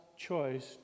Choice